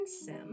sim